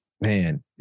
Man